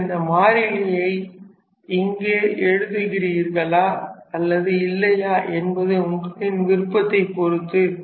நீங்கள் இந்த மாறிலியை இங்கே எழுதுகிறீர்களா அல்லது இல்லையா என்பது உங்களின் விருப்பத்தை பொறுத்து